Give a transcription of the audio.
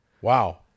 Wow